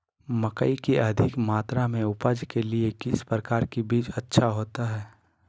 मकई की अधिक मात्रा में उपज के लिए किस प्रकार की बीज अच्छा होता है?